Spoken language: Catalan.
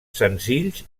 senzills